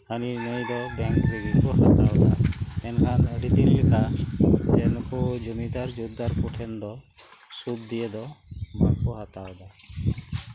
ᱦᱟᱹᱱᱤ ᱱᱟᱹᱭ ᱠᱚᱫᱚ ᱵᱮᱝᱠ ᱨᱮᱜᱮ ᱠᱚ ᱦᱟᱛᱟᱣᱮᱫᱟ ᱮᱱᱠᱷᱟᱱ ᱟᱹᱰᱤ ᱞᱮᱠᱟ ᱡᱚᱢᱤᱫᱟᱨ ᱢᱚᱦᱟᱡᱚᱱ ᱠᱚᱴᱷᱮᱱ ᱫᱚ ᱥᱩᱫ ᱫᱤᱭᱮ ᱫᱚ ᱵᱟᱠᱚ ᱦᱟᱛᱟᱣᱟ